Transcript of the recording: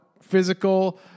physical